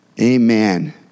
Amen